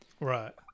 right